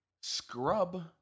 Scrub